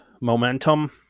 momentum